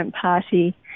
party